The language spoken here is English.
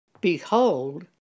Behold